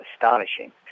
astonishing